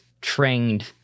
trained